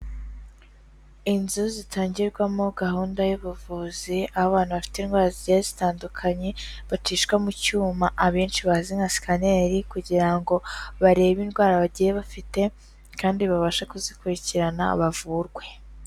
Inzu zitangirwamo gahunda y'ubuvuzi aho abana bafite indwara zigiye zitandukanye bacishwa mu cyuma abenshi bazi nka sikaneri kugira ngo barebe indwara bagiye bafite kandi babashe kuzikurikirana bavurwe.